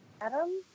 Adam